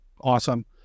awesome